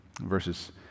verses